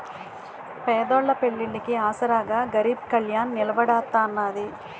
పేదోళ్ళ పెళ్లిళ్లికి ఆసరాగా గరీబ్ కళ్యాణ్ నిలబడతాన్నది